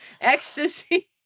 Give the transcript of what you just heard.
ecstasy